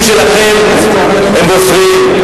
מדוע הנימוקים שלכם הם בוסריים.